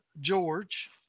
George